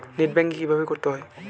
Net banking কীভাবে করতে হয়?